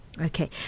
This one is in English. Okay